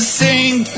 sing